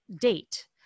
date